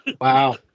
Wow